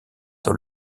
dans